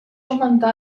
augmentà